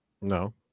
no